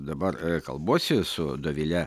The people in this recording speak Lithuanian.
dabar kalbuosi su dovile